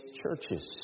churches